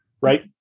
Right